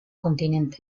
continente